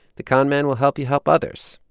the con man will help you help others.